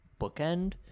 bookend